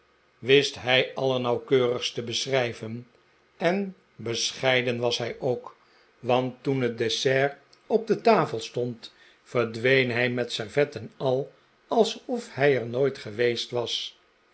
wist hij allernauwkeurigst te beschrijven en bescheiden was hij ook want toen het dessert op de tafel stond verdween hij met servet en al alsof hij er nooit geweest was